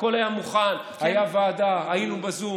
הכול היה מוכן, הייתה ועדה, היינו בזום.